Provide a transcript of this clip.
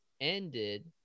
ended